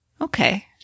Okay